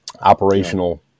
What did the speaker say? operational